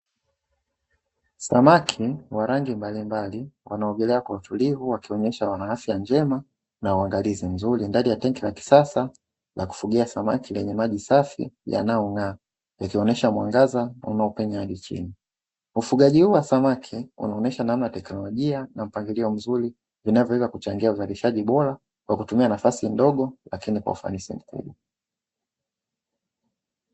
Samaki wa rangi mbalimbali wanaogelea kwa utulivu wakionyesha wana afya njema na uangalizi mzuri ndani ya tenki la kisasa la kufugia samaki lenye maji safi yanayong'aa, ikionyesha mwangaza unaopenya hadi chini. Ufugaji huu wa samaki unaonyesha namna teknolojia na mpangilio mzuri vinavyoweza kuchangia uzalishaji bora kwa kutumia nafasi ndogo lakini kwa ufanisi mkubwa.